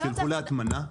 שילכו להטמנה?